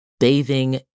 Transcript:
bathing